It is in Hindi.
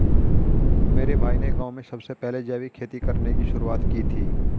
मेरे भाई ने गांव में सबसे पहले जैविक खेती करने की शुरुआत की थी